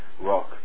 rock